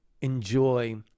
enjoy